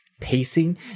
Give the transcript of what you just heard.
Pacing